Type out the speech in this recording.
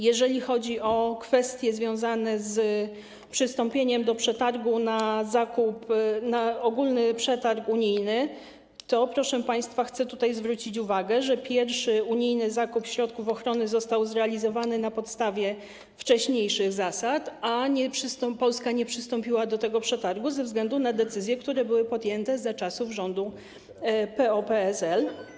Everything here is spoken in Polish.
Jeżeli chodzi o kwestie związane z przystąpieniem do przetargu na zakup, do ogólnego przetargu unijnego, to, proszę państwa, chcę tutaj zwrócić uwagę na to, że pierwszy unijny zakup środków ochrony został zrealizowany na podstawie wcześniejszych zasad, a Polska nie przystąpiła do tego przetargu ze względu na decyzje, które były podjęte za czasów rządu PO-PSL.